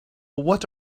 what